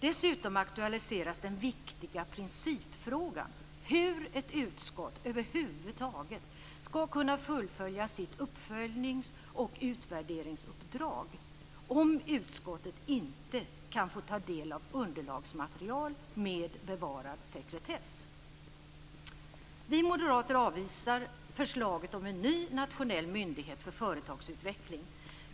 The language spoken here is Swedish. Dessutom aktualiseras den viktiga principfrågan hur ett utskott över huvud taget ska kunna fullfölja sitt uppföljnings och utvärderingsuppdrag om utskottet inte kan få ta del av underlagsmaterial med bevarad sekretess. Vi moderater avvisar förslaget om en ny nationell myndighet för företagsutveckling.